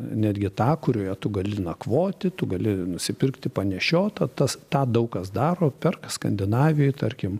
netgi tą kurioje tu gali nakvoti tu gali nusipirkti panešiotą tas tą daug kas daro perka skandinavijoj tarkim